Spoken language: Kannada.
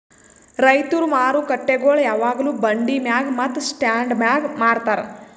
ರೈತುರ್ ಮಾರುಕಟ್ಟೆಗೊಳ್ ಯಾವಾಗ್ಲೂ ಬಂಡಿ ಮ್ಯಾಗ್ ಮತ್ತ ಸ್ಟಾಂಡ್ ಮ್ಯಾಗ್ ಮಾರತಾರ್